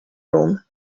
room